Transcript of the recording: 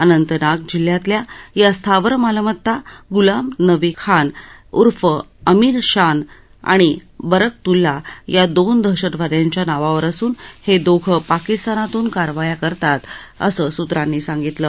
अनंतनाग जिल्ह्यातल्या या स्थावर मालमत्ता ग्लाम नबी खान उर्फ अमीर शान आणि बरकतूल्ला या दोन दहशतवाद्यांच्या नावावर असून हे दोघं पाकिस्तानातून कारवाया करतात असं सूत्रांनी सांगितलं